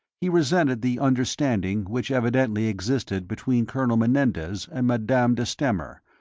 he resented the understanding which evidently existed between colonel menendez and madame de stamer,